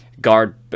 guard